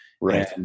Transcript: Right